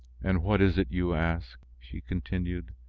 and what is it you ask? she continued.